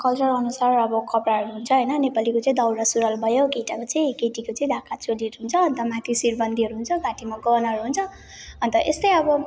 कल्चरअनुसार अब कपडाहरू हुन्छ होइन नेपालीको चाहिँ दौरा सुरुवाल भयो केटाको चाहिँ केटीको चाहिँ ढाका चोलीहरू हुन्छ अन्त माथि सिरबन्दीहरू हुन्छ घाँटीमा गहनाहरू हुन्छ अन्त यस्तै अब